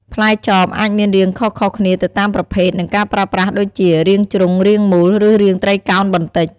ផ្លែចបអាចមានរាងខុសៗគ្នាទៅតាមប្រភេទ និងការប្រើប្រាស់ដូចជា រាងជ្រុង រាងមូល ឬរាងត្រីកោណបន្តិច។